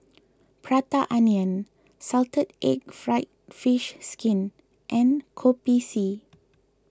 Prata Onion Salted Egg Fried Fish Skin and Kopi C